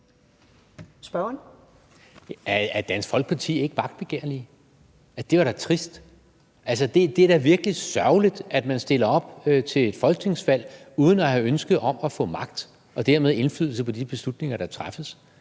Er Dansk Folkeparti ikke magtbegærlige? Det var da trist. Det er da virkelig sørgeligt, at man stiller op til et folketingsvalg uden at have et ønske om at få magt og dermed indflydelse på de beslutninger, der træffes.